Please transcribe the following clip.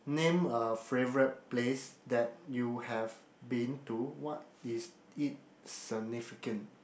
name a favourite place that you have been to what is it significant